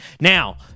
Now